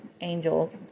angel